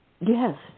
Yes